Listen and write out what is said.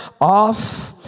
off